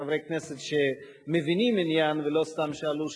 חברי כנסת שמבינים עניין ולא סתם שאלו שאלה,